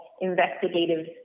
investigative